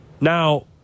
Now